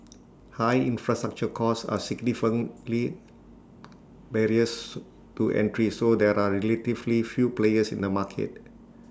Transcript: high infrastructure costs are significantly barriers to entry so there are relatively few players in the market